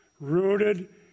rooted